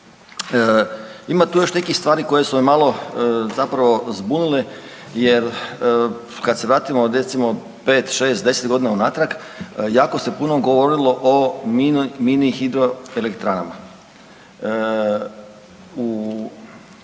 Ima tu još nekih stvari koje su me malo zbunile jer kad se vratimo recimo 5, 6, 10 godina unatrag jako se puno govorilo o mini hidroelektranama.